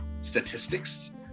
statistics